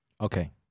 Okay